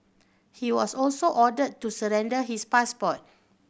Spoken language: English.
he was also ordered to surrender his passport